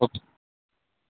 okay